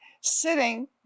sitting